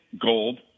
gold